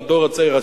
לדור הצעיר,